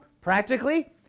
practically